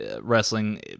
wrestling